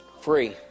Free